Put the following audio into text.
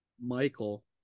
Michael